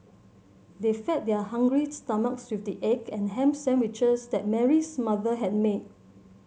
they fed their hungry stomachs with the egg and ham sandwiches that Mary's mother had made